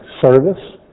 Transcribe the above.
service